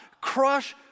Crush